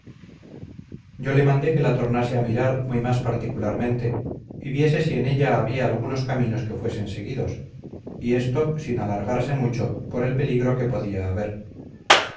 yo le mandé que la tornase a mirar muy más particularmente y viese si en ella había algunos caminos que fuesen seguidos y esto sin alargarse mucho por el peligro que podía haber